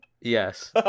Yes